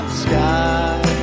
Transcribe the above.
sky